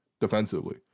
defensively